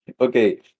okay